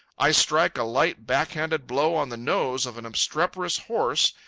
i strike a light back-handed blow on the nose of an obstreperous horse,